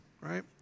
right